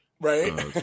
Right